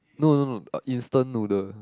no no no instant noodle